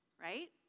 Right